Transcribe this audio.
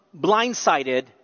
blindsided